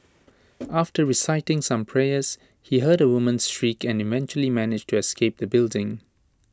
after reciting some prayers he heard A woman's shriek and eventually managed to escape the building